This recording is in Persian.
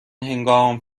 هنگام